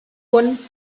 one